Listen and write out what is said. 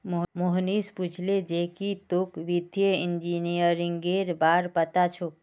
मोहनीश पूछले जे की तोक वित्तीय इंजीनियरिंगेर बार पता छोक